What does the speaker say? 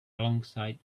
alongside